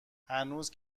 هنوز